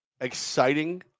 exciting